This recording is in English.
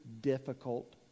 difficult